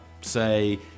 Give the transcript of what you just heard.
say